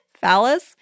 phallus